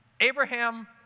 Abraham